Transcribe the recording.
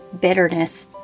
bitterness